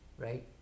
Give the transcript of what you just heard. Right